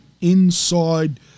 inside